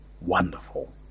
Wonderful